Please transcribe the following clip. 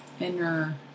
inner